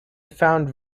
found